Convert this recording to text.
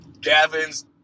Gavin's